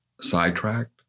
sidetracked